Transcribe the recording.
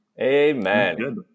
Amen